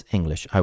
English